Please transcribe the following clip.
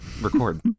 record